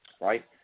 right